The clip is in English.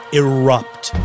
erupt